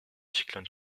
cyclone